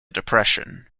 depression